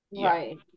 Right